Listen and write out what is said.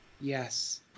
Yes